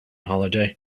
holiday